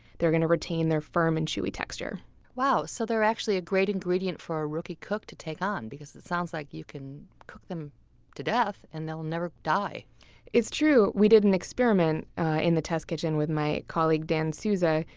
they're going to retain their firm and chewy texture so they're actually a great ingredient for a rookie cook to take on, because it sounds like you can cook them to death and they'll never die it's true. we did an experiment in the test kitchen with my colleague, dan souza,